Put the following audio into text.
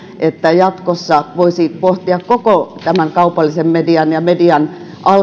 että jatkossa voisi pohtia koko tämän kaupallisen median ja muun median